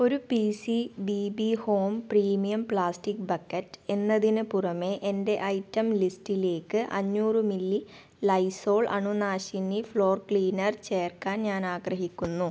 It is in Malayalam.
ഒര് P C B B home premium plastic bucket എന്നതിന് പുറമെ എന്റെ ഐറ്റം ലിസ്റ്റിലേക്ക് അഞ്ഞൂറ് മില്ലി ലൈസോൾ അണുനാശിനി ഫ്ലോർ ക്ലീനർ ചേർക്കാൻ ഞാനാഗ്രഹിക്കുന്നു